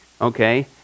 Okay